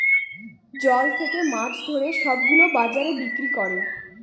জল থাকে মাছ ধরে সব গুলো বাজারে বিক্রি করে